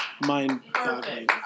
mind-boggling